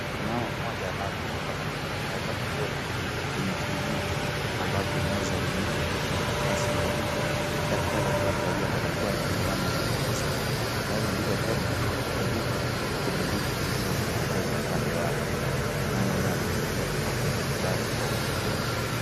Mama mmoja ambaye ameshuka matuta ameweka kwenye kliniki ambapo meza nyeupe, makaratasi meupe daktari akiwa amevalia barakoa na miwani anamwelezea ndani ya hilo hema leupe kuna viti zingine zimeegezwa kando yake. Mama huyu anatarajia kupokea matibabu kwa mtoto wake.